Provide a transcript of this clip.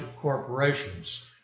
corporations